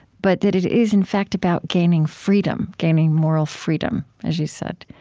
but that it is in fact about gaining freedom, gaining moral freedom, as you said.